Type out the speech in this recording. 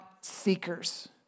seekers